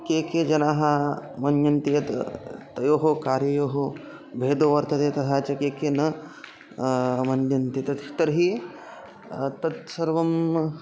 के के जनाः मन्यन्ते यत् तयोः कार्ययोः भेदो वर्तते तथा च के के न मन्यन्ते तत् तर्हि तत्सर्वम्